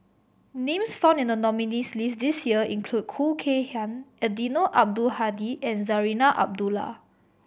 names found in the nominees' list this year include Khoo Kay Hian Eddino Abdul Hadi and Zarinah Abdullah